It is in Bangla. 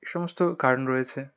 এ সমস্ত কারণ রয়েছে